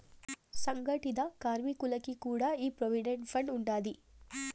సంగటిత కార్మికులకి కూడా ఈ ప్రోవిడెంట్ ఫండ్ ఉండాది